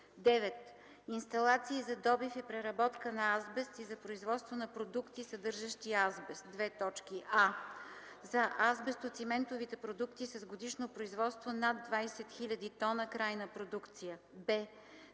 м3. 9. Инсталации за добив и преработка на азбест и за производство на продукти, съдържащи азбест: а) за азбестоциментовите продукти с годишно производство над 20 000 т крайна продукция; б)